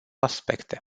aspecte